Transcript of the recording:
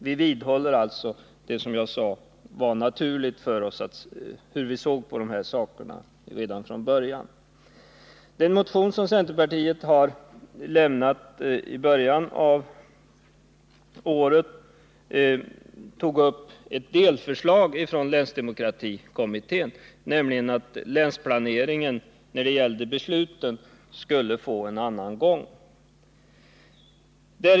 Vi vidhåller alltså det för oss redan från början naturliga synsättet i det här avseendet. 49 Den motion som centerpartiet väckte i början av året tog upp ett delförslag från länsdemokratikommittén, nämligen förslaget om att länsplaneringen när det gällde besluten skulle få en annan gång.